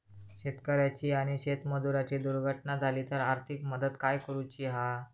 शेतकऱ्याची आणि शेतमजुराची दुर्घटना झाली तर आर्थिक मदत काय करूची हा?